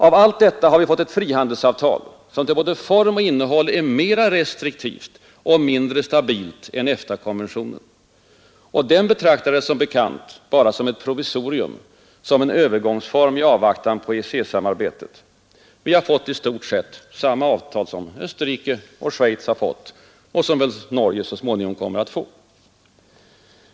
Av allt detta har vi fått ett frihandelsavtal, som till både form och innehåll är mera restriktivt och mindre stabilt än EFTA-konventionen. Och den betraktades som bekant bara som ett provisorium, som en övergångsform i avvaktan på EEC-samarbetet. Vi har fått i stort sett samma avtal som Österrike och Schweiz har fått, och som väl Norge så småningom kommer att få.